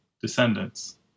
descendants